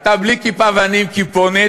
אתה בלי כיפה, ואני עם כיפונת?